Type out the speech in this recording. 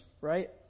right